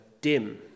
dim